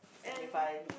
okay fine